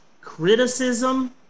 criticism